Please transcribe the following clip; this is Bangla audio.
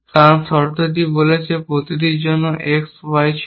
কারণ শর্তটি বলছে প্রতিটির জন্য X Y ছিল